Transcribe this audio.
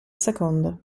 secondo